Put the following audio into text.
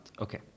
okay